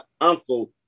uncle